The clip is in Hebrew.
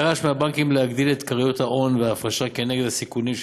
דרש מהבנקים להגדיל את כריות ההון וההפרשה כנגד הסיכונים שבמשכנתאות,